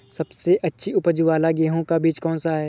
सबसे अच्छी उपज वाला गेहूँ का बीज कौन सा है?